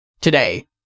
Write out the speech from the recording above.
Today